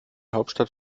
hauptstadt